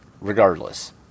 regardless